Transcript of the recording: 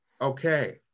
Okay